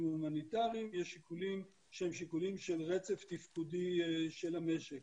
יש שיקולים הומניטריים ויש שיקולים של רצף תפקודי של המשק.